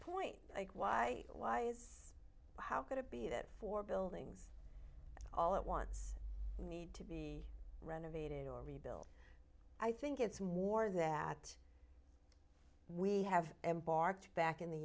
point why why is how could it be that four buildings all at once we need to be renovated or rebuilt i think it's more that we have embarked back in the